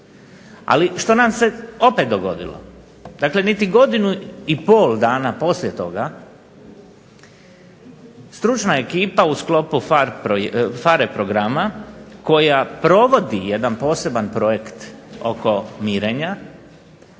Ali, što nam se opet dogodilo? Dakle, niti godinu i pol dana poslije toga stručna ekipa u sklopu PHARE programa koja provodi jedan poseban projekt oko mirenja